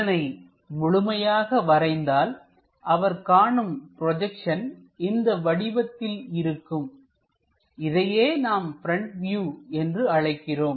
இதனை முழுமையாக வரைந்தால்அவர் காணும் ப்ரொஜெக்ஷன் இந்த வடிவத்தில் இருக்கும் இதையே நாம் பிரண்ட் வியூ என்று அழைக்கிறோம்